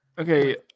Okay